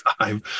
time